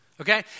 okay